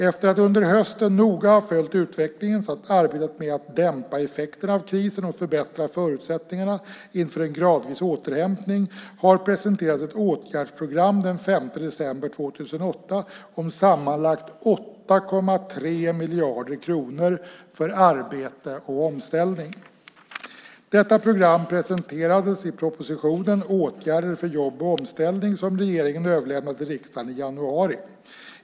Efter att under hösten noga ha följt utvecklingen samt arbetat med att dämpa effekterna av krisen och förbättra förutsättningarna inför en gradvis återhämtning har presenterats ett åtgärdsprogram den 5 december 2008 om sammanlagt 8,3 miljarder kronor för arbete och omställning. Detta program presenterades i propositionen Åtgärder för jobb och omställning som regeringen överlämnade till riksdagen i januari .